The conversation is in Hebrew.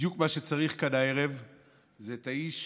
בדיוק מה שצריך כאן הערב זה את האיש